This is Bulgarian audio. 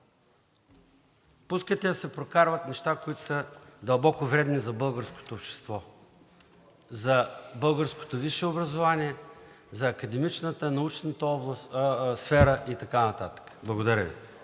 пускате да се прокарват неща, които са дълбоко ведни за българското общество, за българското висше образование, за академичната, научната сфера и така нататък. Благодаря